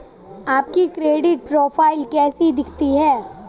आपकी credit profile कैसी दिखती है?